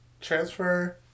transfer